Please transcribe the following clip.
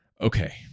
okay